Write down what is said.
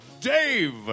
Dave